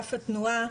אגף התנועה.